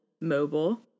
mobile